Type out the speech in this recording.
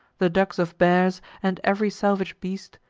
the dugs of bears, and ev'ry salvage beast,